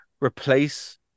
replace